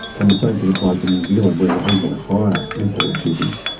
and the same thing applied for new zealand where they had even higher import duties,